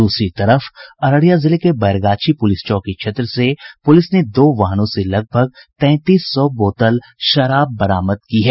दूसरी तरफ अररिया जिले के बैरगाछी पुलिस चौकी क्षेत्र से पुलिस ने दो वाहनों से लगभग तैंतीस सौ बोतल शराब बरामद की है